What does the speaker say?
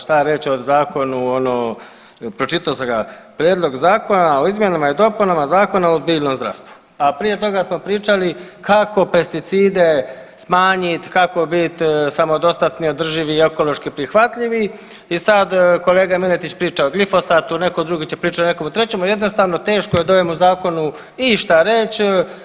Šta reć o zakonu ono pročitao sam ga Prijedlog zakona o izmjenama i dopunama Zakona o biljnom zdravstvu, a prije toga smo pričali kako pesticide smanjit, kako bit samodostatni, održivi i ekološki prihvatljivi i sad kolega Miletić priča o glifosatu, neko drugi će pričat o nekom trećem, jednostavno teško je o ovome zakonu išta reć.